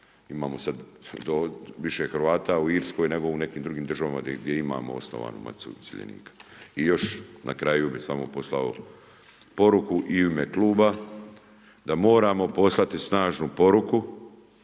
imamo sada više Hrvata u Irskoj nego u nekim drugim državama gdje imamo osnovanu Maticu iseljenika? I još na kraju bi samo poslao poruku i u ime Kluba da moramo poslati snažnu poruku